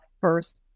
first